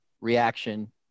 reaction